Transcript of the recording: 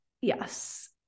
Yes